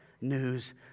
news